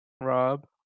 Rob